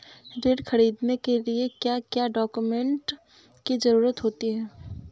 ऋण ख़रीदने के लिए क्या क्या डॉक्यूमेंट की ज़रुरत होती है?